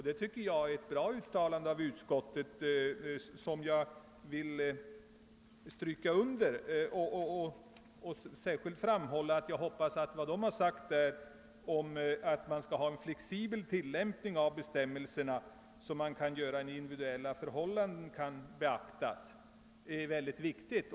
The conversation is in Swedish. Det tycker jag är ett bra uttalande, som jag vill stryka under. Vad utskottet uttalat om en flexibel tillämpning av bestämmelserna, så att individuella förhållanden kan beaktas, är mycket viktigt.